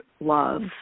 love